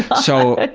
so, ah